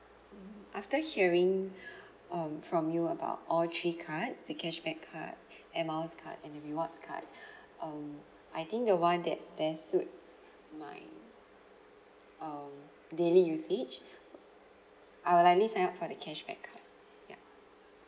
mm after hearing um from you about all three card the cashback card air miles card and the rewards card um I think the one that best suits my um daily usage uh I'd likely sign up for the cashback card ya